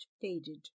faded